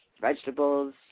vegetables